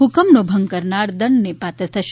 હુકમનો ભંગ કરનાર દંડને પાત્ર થશે